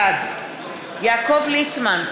בעד יעקב ליצמן,